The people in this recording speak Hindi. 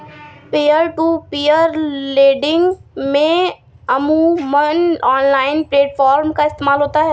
पीयर टू पीयर लेंडिंग में अमूमन ऑनलाइन प्लेटफॉर्म का इस्तेमाल होता है